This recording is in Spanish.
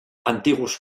antiguos